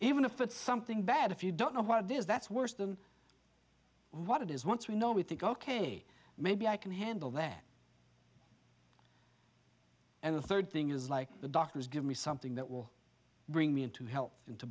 even if it's something bad if you don't know what it is that's worse than what it is once we know we think ok maybe i can handle that and the third thing is like the doctors give me something that will bring me in to help into